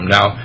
Now